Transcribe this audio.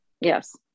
Yes